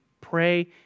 pray